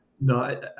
No